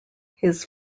his